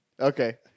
Okay